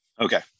Okay